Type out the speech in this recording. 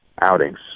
outings